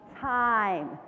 time